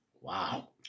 Wow